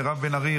מירב בן ארי,